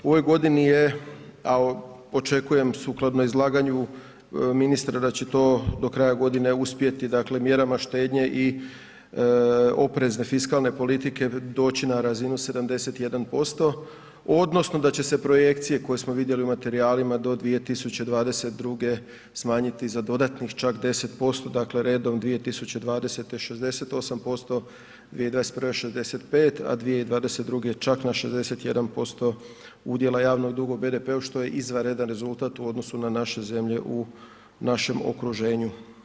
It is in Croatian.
U ovoj godini je, a očekujem sukladno izlaganju ministra da će to do kraja godine uspjeti mjerama štednje i oprezne fiskalne politike doći na razinu 71% odnosno da će se projekcije koje smo vidjeli u materijalima do 2022. smanjiti za dodatnih čak 10%, dakle redom 2020. 68%, 2021. 65%, a 2022. čak na 61% udjela javnog duga u BDP-u što je izvanredan rezultat u odnosu na naše zemlje u našem okruženju.